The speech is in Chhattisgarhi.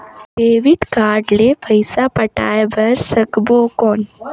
डेबिट कारड ले पइसा पटाय बार सकबो कौन?